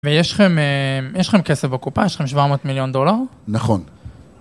ויש לכם... יש לכם כסף בקופה? יש לכם 700 מיליון דולר? נכון.